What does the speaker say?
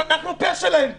אנחנו פה שלהם פה.